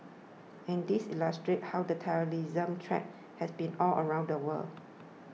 and these illustrate how the terrorism threat has been all around the world